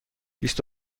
بیست